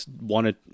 wanted